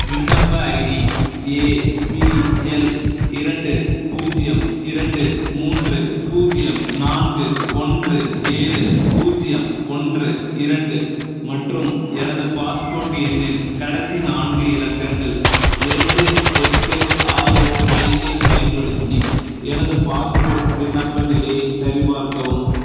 விண்ணப்ப ID APL இரண்டு பூஜ்ஜியம் இரண்டு மூன்று பூஜ்ஜியம் நான்கு ஒன்று ஏழு பூஜ்ஜியம் ஒன்று இரண்டு மற்றும் எனது பாஸ்போர்ட் எண்ணின் கடைசி நான்கு இலக்கங்கள் இரண்டு எட்டு ஆறு ஐந்தைப் பயன்படுத்தி எனது பாஸ்போர்ட் விண்ணப்ப நிலையை சரிபார்க்கவும்